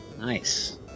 Nice